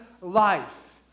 life